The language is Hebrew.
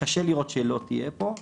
שקשה לראות שלא תהיה פה,